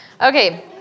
Okay